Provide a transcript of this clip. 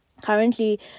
currently